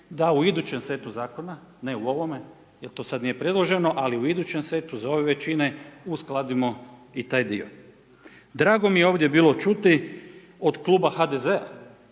da u idućem setu zakona ne u ovome jer to sad nije predloženo ali u idućem setu za ove većine uskladimo i taj dio. Drago mi je ovdje bilo čuti od kluba HDZ-a